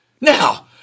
Now